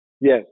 Yes